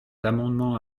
amendement